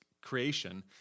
creation